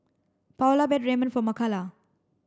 Paola Ramen for Makala